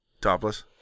Topless